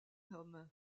homme